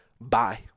Bye